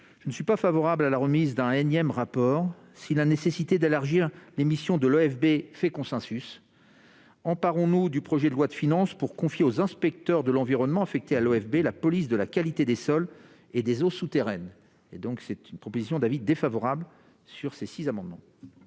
Je ne suis pas favorable à un énième rapport : si la nécessité d'élargir les missions de l'OFB fait consensus, emparons-nous du projet de loi de finances pour confier aux inspecteurs de l'environnement affectés à l'OFB la police de la qualité des sols et des eaux souterraines. J'émets un avis défavorable sur ces six amendements.